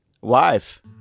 Wife